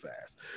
Fast